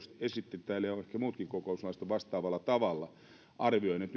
esitti täällä ja kaikki muutkin kokoomuslaiset ovat vastaavalla tavalla arvioineet